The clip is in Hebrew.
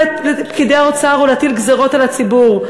לפקידי האוצר או להטיל גזירות על הציבור.